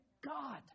God